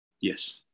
Yes